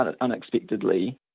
unexpectedly